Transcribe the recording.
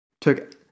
took